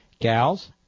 gals